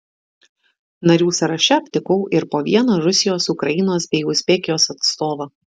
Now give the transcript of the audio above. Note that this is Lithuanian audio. narių sąraše aptikau ir po vieną rusijos ukrainos bei uzbekijos atstovą